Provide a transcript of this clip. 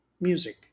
music